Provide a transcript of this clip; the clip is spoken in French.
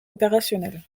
opérationnel